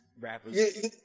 rappers